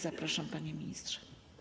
Zapraszam, panie ministrze.